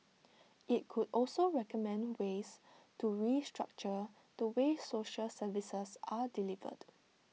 IT could also recommend ways to restructure the way social services are delivered